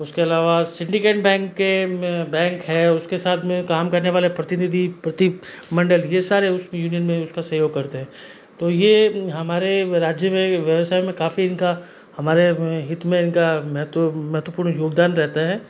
उसके अलावा Syndicate Bank के बैंक है उसके साथ में काम करने वाले प्रतिनिधि प्रति मंडल ये सारे उस यूनियन में उसका सहयोग करते हैं तो ये हमारे राज्य में व्यवसाय में काफ़ी इनका हमारे हित में इनका महत्व महत्वपूर्ण योगदान रहता है